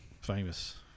Famous